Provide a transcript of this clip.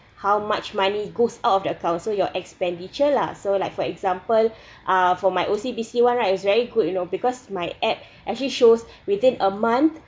how much money goes out of the account so your expenditure lah so like for example uh for my O_C_B_C one right is very good you know because my app actually shows within a month